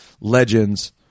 Legends